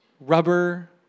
Rubber